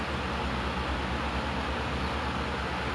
like it's not even buah it's dia macam bunga gitu